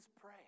pray